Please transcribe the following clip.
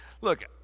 look